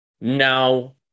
now